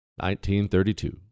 1932